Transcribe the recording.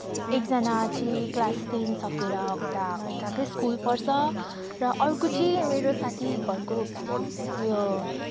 एकजना चाहिँ class ten सक्किएर उता उताकै स्कुल पढ्छ र अर्को चाहिँ मेरो साथी घरको उयो